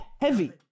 heavy